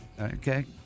Okay